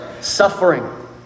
Suffering